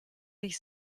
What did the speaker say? dich